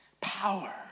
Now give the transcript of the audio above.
Power